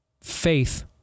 faith